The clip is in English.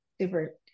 super